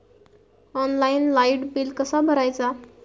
Online light bill कसा भरायचा?